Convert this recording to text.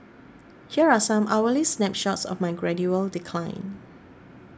here are some hourly snapshots of my gradual decline